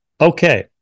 okay